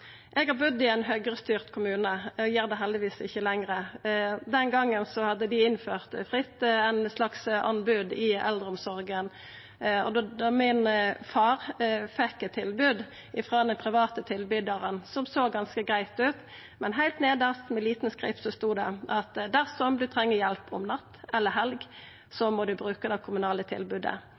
Eg har budd i ein høgrestyrt kommune – eg gjer det heldigvis ikkje no lenger. Den gongen hadde dei innført eit slags anbod i eldreomsorga. Min far fekk eit tilbod frå dei private tilbydarane som såg ganske greitt ut, men heilt nedst, med lita skrift, stod det at dersom ein trengde hjelp om natta eller i helga, måtte ein bruka det kommunale tilbodet.